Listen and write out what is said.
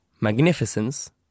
Magnificence